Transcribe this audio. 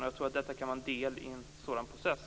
Denna diskussion kan vara en del i en sådan process.